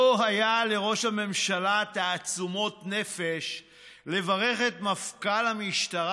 לא היו לראש הממשלה תעצומות נפש לברך את מפכ"ל המשטרה,